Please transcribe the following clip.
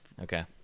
Okay